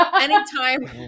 Anytime